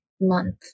month